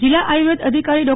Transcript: જિલ્લા આયુર્વેદ અધિકારી ડો